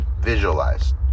visualize